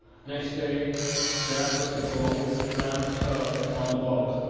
next day jack was to go clamp turf on the bog.